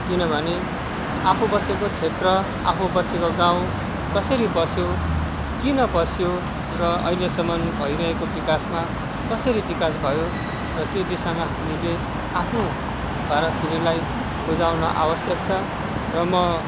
किनभने आफू बसेको क्षेत्र आफू बसेको गाउँ कसरी बस्यो किन बस्यो र अहिलेसम्म भइरहेको विकासमा कसरी विकास भयो र त्यो विषयमा हामीले आफ्नो छोरा छोरीलाई बुझाउन आवश्यक छ र म